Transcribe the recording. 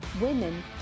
women